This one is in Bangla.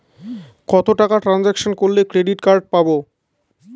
কত টাকা ট্রানজেকশন করলে ক্রেডিট কার্ড পাবো?